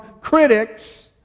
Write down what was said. critics